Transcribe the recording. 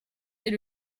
est